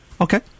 Okay